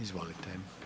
Izvolite.